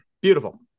Beautiful